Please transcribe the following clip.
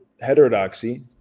heterodoxy